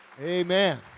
Amen